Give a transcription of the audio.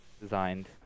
designed